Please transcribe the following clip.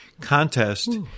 contest